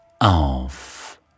Auf